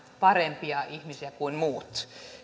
parempia ihmisiä kuin muut